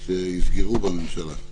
שיסגרו בממשלה.